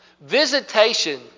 visitation